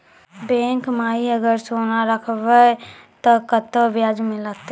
Bank माई अगर सोना राखबै ते कतो ब्याज मिलाते?